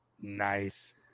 nice